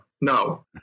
No